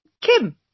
Kim